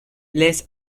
les